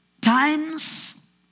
times